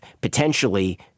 potentially